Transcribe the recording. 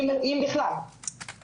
אם בכלל.